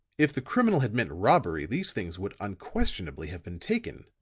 if the criminal had meant robbery these things would unquestionably have been taken,